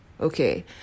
Okay